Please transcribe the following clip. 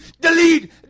delete